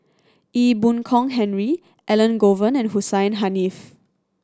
Ee Boon Kong Henry Elangovan and Hussein Haniff